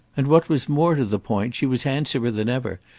and what was more to the point, she was handsomer than ever,